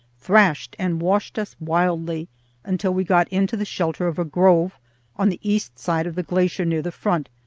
thrashed and washed us wildly until we got into the shelter of a grove on the east side of the glacier near the front,